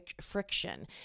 friction